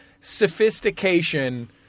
sophistication